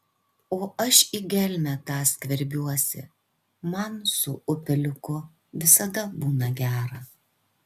o aš į gelmę tą skverbiuosi man su upeliuku visada būna gera